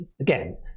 Again